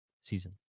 season